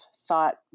thought